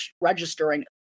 registering